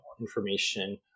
information